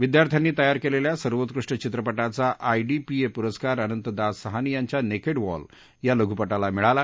विदयार्थ्यांनी तयार केलेल्या सर्वोत्कृष्ट चित्रपटाचा आयडीपीए पुरस्कार अनंत दास साहनी यांच्या नेकेड वॉल या लघुपटाला मिळाला